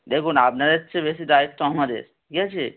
দেখুন আপনাদের চেয়ে বেশি দায়িত্ব আমাদের ঠিক আছে